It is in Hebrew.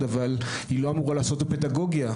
אבל היא לא אמורה לעסוק בפדגוגיה.